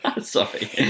sorry